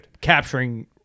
capturing